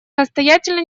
настоятельно